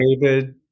David